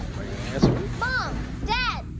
are you gonna answer me? mom, dad,